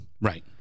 Right